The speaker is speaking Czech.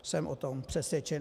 Jsem o tom přesvědčen.